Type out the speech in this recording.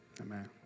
Amen